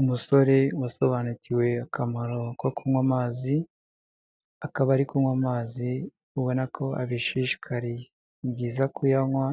Umusore wasobanukiwe akamaro ko kunywa amazi, akaba ari kunywa amazi ubona ko abishishikariye. Ni byiza kuyanywa,